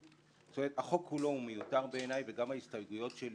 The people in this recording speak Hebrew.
החוק כולו מיותר בעיניי וגם ההסתייגויות שלי